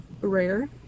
rare